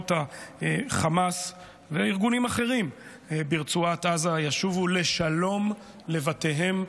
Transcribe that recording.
במנהרות החמאס והארגונים האחרים ברצועת עזה ישובו בשלום לבתיהם,